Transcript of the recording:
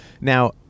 Now